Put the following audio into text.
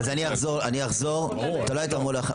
אני אחזור על הדברים.